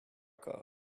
corps